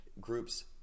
groups